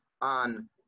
on